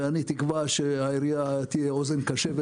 וכולי תקווה שהעירייה תהיה אוזן קשבת